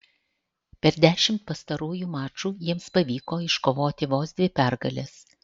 per dešimt pastarųjų mačų jiems pavyko iškovoti vos dvi pergales